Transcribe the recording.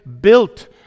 built